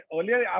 Earlier